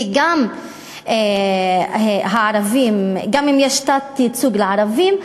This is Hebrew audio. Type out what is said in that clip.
כי גם הערבים, אם יש תת-ייצוג לערבים,